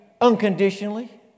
unconditionally